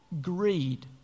greed